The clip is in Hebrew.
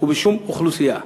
ובשום אוכלוסייה.